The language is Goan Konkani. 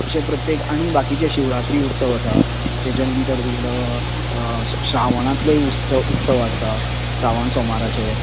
अशें प्रत्येक आनी बाकीचे शिवरात्री उत्सव आसा तेजा नंतर तुमका श्रावणातलोय उत्स उत्सव आसता श्रावण सोमाराचे